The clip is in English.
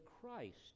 Christ